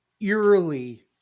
eerily